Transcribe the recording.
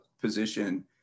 position